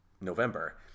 November